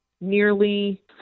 nearly